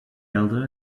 elder